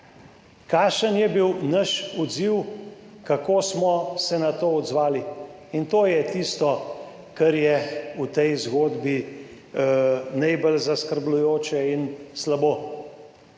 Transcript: Kakšen je bil naš odziv? Kako smo se na to odzvali? In to je tisto, kar je v tej zgodbi najbolj zaskrbljujoče in slabo.